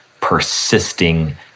persisting